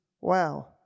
Wow